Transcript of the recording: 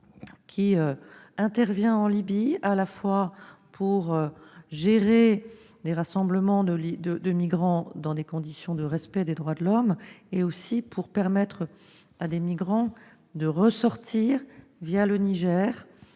qui intervient en Libye à la fois pour gérer des rassemblements de migrants dans des conditions respectueuses des droits de l'homme, et pour permettre à des migrants de ressortir le Niger,